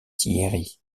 thiéry